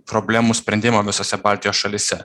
problemų sprendimą visose baltijos šalyse